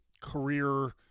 career